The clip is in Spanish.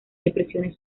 depresiones